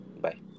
bye